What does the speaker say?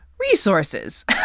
resources